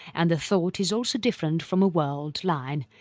and the thought is also different from a world line,